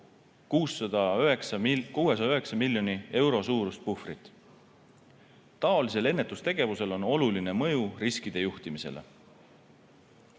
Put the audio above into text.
609 miljoni euro suurust puhvrit. Taolisel ennetustegevusel on oluline mõju riskide juhtimisele.